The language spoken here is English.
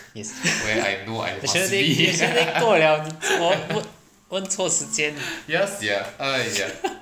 yes national day national day 过 liao 我我问错时间